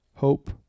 hope